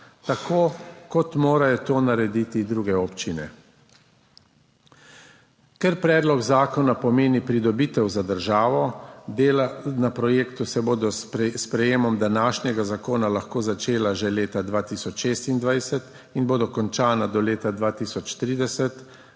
tako kot morajo to narediti druge občine. Ker predlog zakona pomeni pridobitev za državo in se bodo s sprejetjem današnjega zakona dela na projektu lahko začela že leta 2026 in bodo končana do leta 2030,